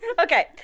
Okay